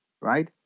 right